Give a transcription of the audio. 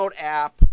app